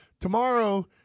Tomorrow